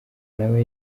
nawe